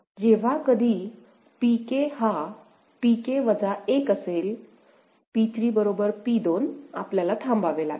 जेव्हा कधी Pk हा Pk 1 असेलP3 बरोबर P2 आपल्याला थांबावे लागेल